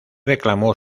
reclamó